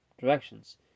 directions